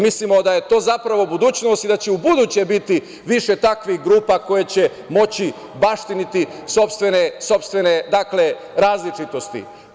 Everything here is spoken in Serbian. Mislimo da je to budućnost i da će ubuduće biti više takvih grupa koje će moći baštiniti sopstvene različitosti.